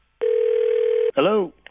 Hello